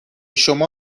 شما